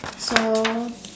so